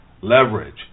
leverage